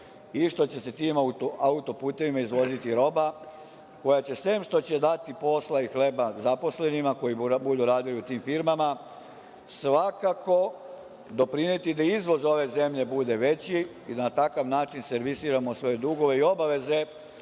i što će se tim autoputevima izvoziti roba koja će, sem što će dati posla i hleba zaposlenima koji budu radili u tim firmama, svakako doprineti da izvoz ove zemlje bude veći i na takav način servisiramo svoje dugove i obaveze